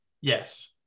Yes